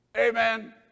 Amen